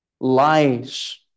lies